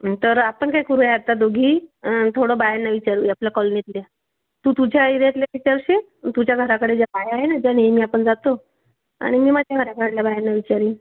तर आपण काय करूया आता दोघी थोडं बायांना विचारूया आपल्या कॉलनीतल्या तू तुझ्या एरियातल्या विचारशील तुझ्या घराकडे ज्या बाया आहे न ज्या नेहमी आपण जातो आणि मी माझ्या वाड्याकडल्या बायांना विचारीन